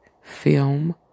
film